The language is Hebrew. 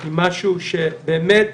זה משהו שבאמת